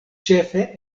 ĉefe